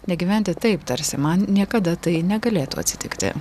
negyventi taip tarsi man niekada tai negalėtų atsitikti